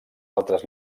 altres